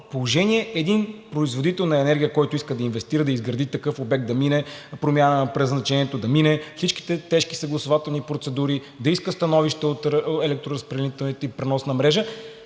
положение един производител на енергия, който иска да инвестира, да изгради такъв обект – да мине промяна на предназначението, да мине всичките тежки съгласувателни процедури, да иска становище от електроразпределителната и преносната мрежа,